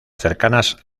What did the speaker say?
cercanas